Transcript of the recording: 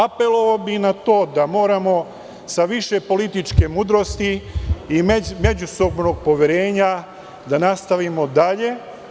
Apelovao bih na to da moramo sa više političke mudrosti i međusobnog poverenja da nastavimo dalje.